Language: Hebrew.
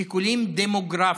שיקולים דמוגרפיים.